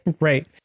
Right